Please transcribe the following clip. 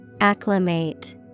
Acclimate